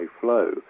flow